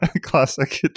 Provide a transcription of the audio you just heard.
classic